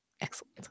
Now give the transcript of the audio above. Excellent